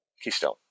Keystone